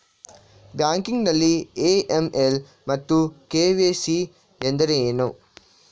Banking ನಲ್ಲಿ AML ಮತ್ತು KYC ಎಂದರೇನು?